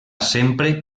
sempre